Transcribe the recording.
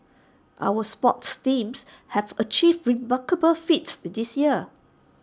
our sports teams have achieved remarkable feats this year